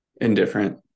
indifferent